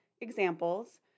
examples